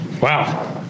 Wow